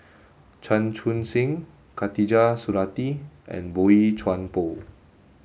Chan Chun Sing Khatijah Surattee and Boey Chuan Poh